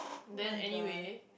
then anyway